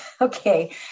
Okay